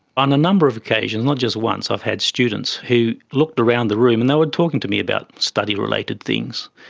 on a number of occasions, not just once, i've had students who looked around the room, and they were talking to me about study related things,